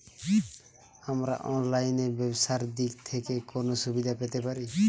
আমরা অনলাইনে ব্যবসার দিক থেকে কোন সুবিধা পেতে পারি?